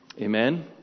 Amen